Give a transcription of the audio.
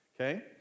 Okay